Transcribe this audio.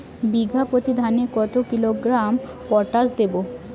বিঘাপ্রতি ধানে কত কিলোগ্রাম পটাশ দেবো?